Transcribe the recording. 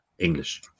English